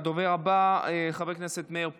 הדובר הבא, חבר הכנסת מאיר פרוש.